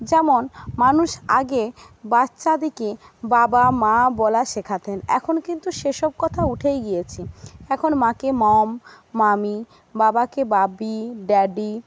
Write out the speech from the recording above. যেমন মানুষ আগে বাচ্চাদেরকে বাবা মা বলা শেখাতেন এখন কিন্তু সে সব কথা উঠেই গিয়েছে এখন মাকে মাকে মম মামি বাবাকে বাবি ড্যাডি